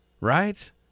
right